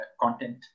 content